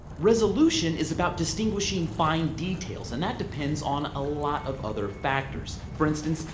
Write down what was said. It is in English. resolution is about distinguishing fine details and that depends on a lot of other factors. for instance,